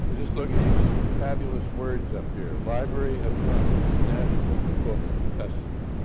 but just look at these fabulous words up here, library of congress national book festival.